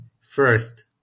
first